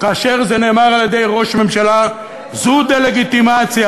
כאשר זה נאמר על-ידי ראש ממשלה זו דה-לגיטימציה.